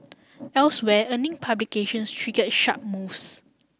elsewhere earning publications trigger sharp moves